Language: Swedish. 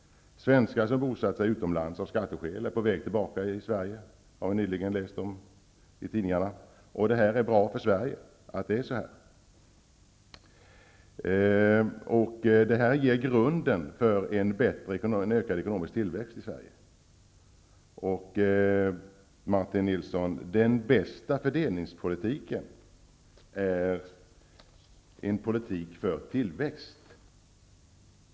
Svenskar som bosatt sig utomlands av skatteskäl är på väg tillbaka till Sverige, har vi nyligen läst om i tidningarna. Det är bra för Sverige att det är så här. Det ger grunden för en ökad ekonomisk tillväxt i Sverige. Och, Martin Nilsson, den bästa fördelningspolitiken är en politik för tillväxt.